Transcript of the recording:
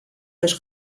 los